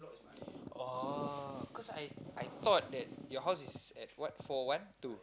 oh cause I I thought that your house is at what four one two